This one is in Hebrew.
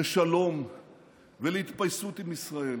לשלום ולהתפייסות עם ישראל.